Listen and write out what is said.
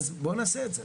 אז בואו נעשה את זה.